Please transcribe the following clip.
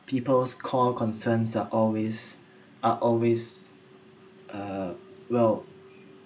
people's core concerns are always are always uh well